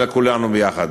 לכולנו יחד.